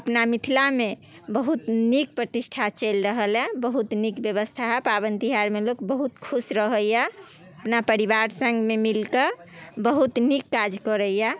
अपना मिथिलामे बहुत नीक प्रतिष्ठा चलि रहल है बहुत नीक व्यवस्था है पाबनि तिहारमे लोक बहुत खुश रहैए अपना परिवार सङ्गमे मिल कऽ बहुत नीक काज करैए